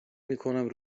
میکنم